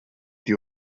die